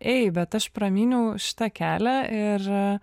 ei bet aš pramyniau šitą kelią ir